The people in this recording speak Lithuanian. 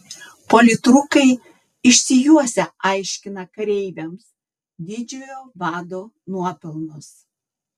politrukai išsijuosę aiškina kareiviams didžiojo vado nuopelnus